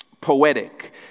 poetic